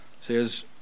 says